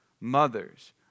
mothers